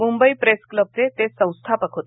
Mumbai press क्लबचे ते संस्थापक होते